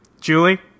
Julie